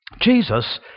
Jesus